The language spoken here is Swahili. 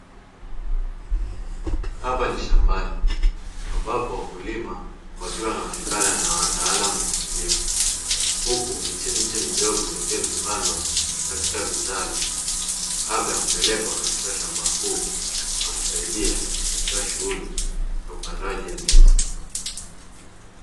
Hapa ni shambani ambapo wakulima wakiwa wanaonekana na wataalamu wa kilimo, huku michemiche midogo ikiwa imepandwa katika vitalu kabla ya kupelekwa katika shamba kuu na kusaidia katika shughuli ya upandaji ya miti.